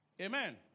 Amen